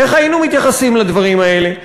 איך היינו מתייחסים לדברים האלה?